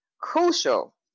crucial